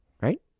Right